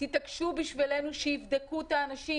תתעקשו בשבילנו שיבדקו את האנשים,